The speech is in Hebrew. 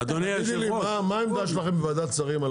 מה הייתה העמדה שלכם על החוק הזה בוועדת שרים?